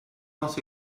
not